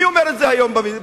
מי אומר את זה היום בכנסת: